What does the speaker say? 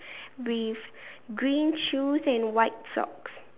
with green shoes and white socks